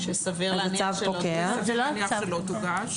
וסביר להניח שלא תוגש.